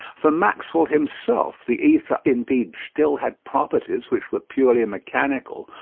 for maxwell himself the ether indeed still had properties which were purely mechanical,